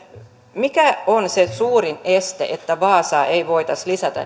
mikä on se suurin este että vaasaa ei voitaisi lisätä